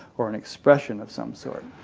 or an expression of some sort.